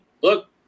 look